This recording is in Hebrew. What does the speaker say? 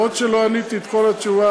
אפילו שלא נתתי את כל התשובה.